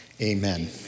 amen